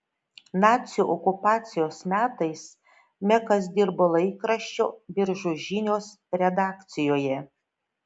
nacių okupacijos metais mekas dirbo laikraščio biržų žinios redakcijoje